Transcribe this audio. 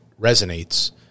resonates